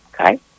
okay